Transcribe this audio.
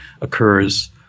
occurs